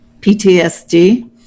PTSD